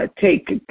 take